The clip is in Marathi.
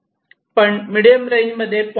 पण मिडीयम रेंज मध्ये 0